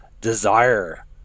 desire